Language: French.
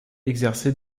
exerçait